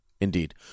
indeed